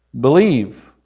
believe